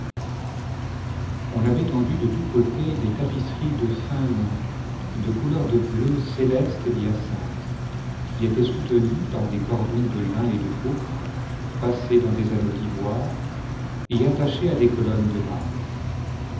on avait tendu de tous côtés des tapisseries de fin lin de couleur de bleu céleste et d'hyacinthe qui étaient soutenues par des cordons de lin et de pourpre passés dans des anneaux d'ivoire et attachés à des colonnes de marbre